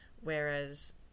whereas